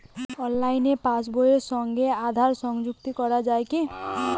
অনলাইনে পাশ বইয়ের সঙ্গে আধার সংযুক্তি করা যায় কি?